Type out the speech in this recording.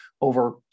over